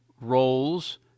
roles